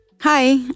Hi